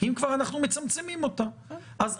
אין